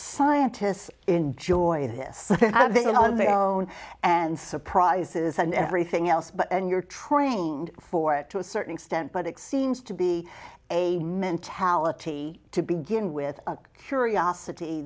scientists enjoy this on their own and surprises and everything else but and you're trained for it to a certain extent but it seems to be a mentality to begin with curiosity